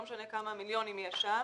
לא משנה כמה מיליונים יש שם,